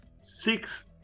six